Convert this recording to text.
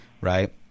right